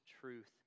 truth